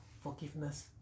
forgiveness